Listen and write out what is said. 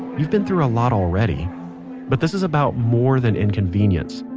you've been through a lot already but this is about more than inconvenience.